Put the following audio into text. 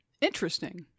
Interesting